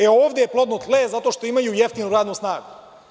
E, ovde je plodno tle zato što imaju jeftinu radnu snagu.